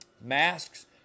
Masks